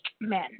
men